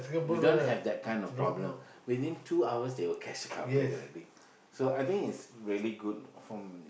you don't have that kind of problem within two hours they will catch the culprit already so I think it's really good from